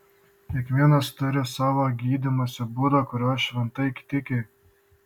kiekvienas turi savo gydymosi būdą kuriuo šventai tiki